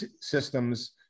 systems